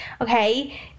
okay